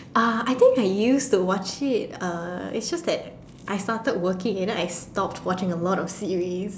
uh I think I used to watch it uh it's just that I started working and then I stopped watching a lot of series